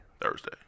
Thursday